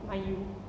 mind you